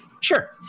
Sure